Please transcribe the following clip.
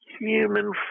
human